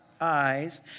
Eyes